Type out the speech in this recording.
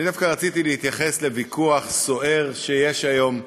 אני דווקא רציתי להתייחס לוויכוח סוער שיש היום,